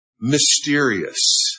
mysterious